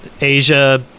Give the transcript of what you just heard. asia